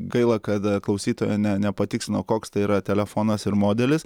gaila kad klausytoja ne nepatikslino koks tai yra telefonas ir modelis